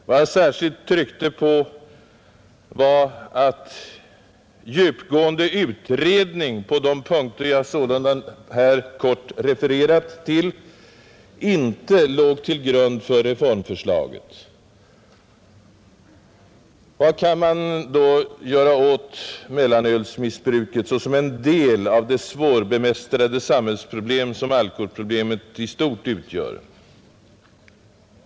Vad jag särskilt tryckte på var att djupgående utredning på de punkter jag sålunda här kort refererat till inte låg till grund för reformförslaget. Vad kan man då göra åt mellanölsmissbruket såsom en del av det svårbemästrade samhällsproblem som alkoholproblemet i stort utgör?